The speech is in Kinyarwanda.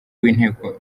w’inteko